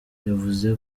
yavuze